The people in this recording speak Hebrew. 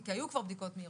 כי היו כבר בדיקות מהירות,